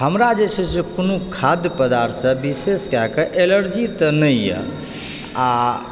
हमरा जे छै से कोनो खाद्य पदार्थसऽ विशेष कए कऽ एलर्जी तऽ नै येए आ